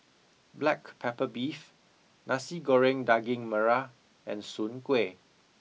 black pepper beef nasi goreng daging merah and soon kueh